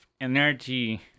energy